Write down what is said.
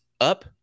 up